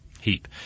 heap